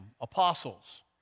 apostles